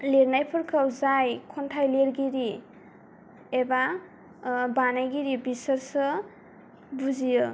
लिरनायफोरखौ जाय खन्थाइलिरगिरि एबा बानायगिरि बिसोरसो बुजियो